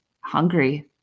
hungry